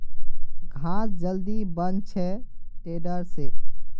घास जल्दी बन छे टेडर से